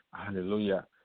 Hallelujah